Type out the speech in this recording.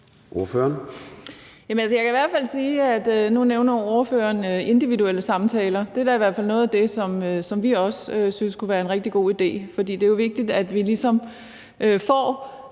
Brigitte Klintskov Jerkel (KF): Nu nævner spørgeren individuelle samtaler, og det er da i hvert fald noget af det, som vi også synes kunne være en rigtig god idé, for det er jo vigtigt, at vi ligesom får